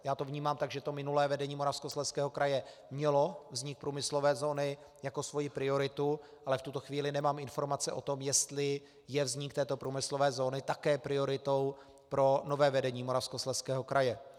Já to vnímám tak, že minulé vedení Moravskoslezského kraje mělo vznik průmyslové zóny jako svoji prioritu, ale v tuto chvíli nemám informace o tom, jestli je vznik této průmyslové zóny také prioritou pro nové vedení Moravskoslezského kraje.